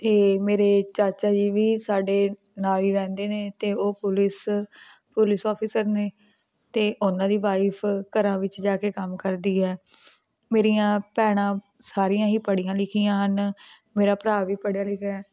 ਅਤੇ ਮੇਰੇ ਚਾਚਾ ਜੀ ਵੀ ਸਾਡੇ ਨਾਲ ਹੀ ਰਹਿੰਦੇ ਨੇ ਅਤੇ ਉਹ ਪੁਲਿਸ ਪੁਲਿਸ ਔਫਿਸਰ ਨੇ ਅਤੇ ਉਹਨਾਂ ਦੀ ਵਾਈਫ ਘਰਾਂ ਵਿੱਚ ਜਾ ਕੇ ਕੰਮ ਕਰਦੀ ਹੈ ਮੇਰੀਆਂ ਭੈਣਾਂ ਸਾਰੀਆਂ ਹੀ ਪੜ੍ਹੀਆਂ ਲਿਖੀਆਂ ਹਨ ਮੇਰਾ ਭਰਾ ਵੀ ਪੜ੍ਹਿਆ ਲਿਖਿਆ ਹੈ